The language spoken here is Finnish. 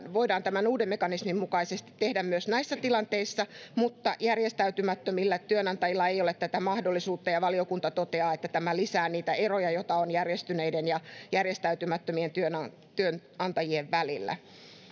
voidaan tämän uuden mekanismin mukaisesti tehdä myös näissä tilanteissa mutta järjestäytymättömillä työnantajilla ei ole tätä mahdollisuutta valiokunta toteaa että tämä lisää niitä eroja joita on järjestäytyneiden ja järjestäytymättömien työnantajien välillä